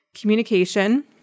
communication